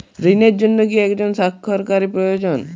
ঋণের জন্য কি একজন স্বাক্ষরকারী প্রয়োজন?